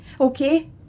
Okay